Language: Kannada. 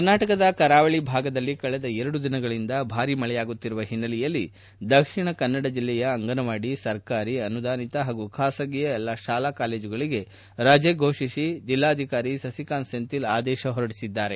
ಕರ್ನಾಟಕ ಕರಾವಳಿ ಭಾಗದಲ್ಲಿ ಕಳೆದ ಎರಡು ದಿನಗಳಿಂದ ಭಾರೀ ಮಳೆಯಾಗುತ್ತಿರುವ ಹಿನ್ನೆಲೆಯಲ್ಲಿ ದಕ್ಷಿಣ ಕನ್ನಡ ಜಿಲ್ಲೆಯ ಅಂಗನವಾಡಿ ಸರಕಾರಿ ಅನುದಾನಿತ ಹಾಗೂ ಬಾಸಗಿಯ ಎಲ್ಲಾ ಶಾಲಾ ಕಾಲೇಜುಗಳಿಗೆ ರಜೆ ಘೋಷಿಸಿ ಜಿಲ್ಲಾಧಿಕಾರಿ ಸಸಿಕಾಂತ್ ಸೆಂಥಿಲ್ ಆದೇಶ ಹೊರಡಿಸಿದ್ದಾರೆ